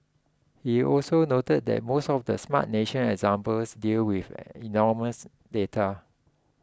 he also noted that most of the Smart Nation examples deal with anonymous data